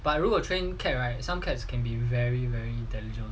but 如果 train cat right some cat can be very very intelligent